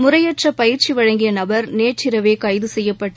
முறையற்ற பயிற்சி வழங்கிய நபர் நேற்றிரவே கைது செய்யப்பட்டு